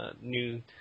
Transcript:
new